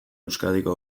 euskadiko